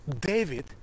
David